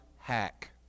hack